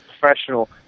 professional